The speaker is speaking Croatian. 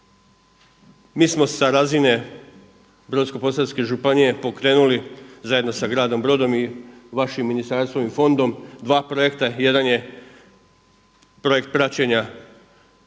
mi smo sa razine Brosko-posavske županije pokrenuli zajedno sa gradom Brodom i vašim ministarstvom i fondom dva projekta. Jedan je projekt praćenja